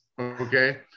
okay